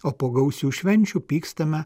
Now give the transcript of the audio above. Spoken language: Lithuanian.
o po gausių švenčių pykstame